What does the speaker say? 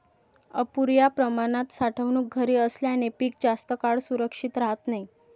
अपुर्या प्रमाणात साठवणूक घरे असल्याने पीक जास्त काळ सुरक्षित राहत नाही